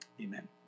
Amen